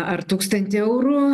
ar tūkstantį eurų